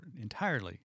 entirely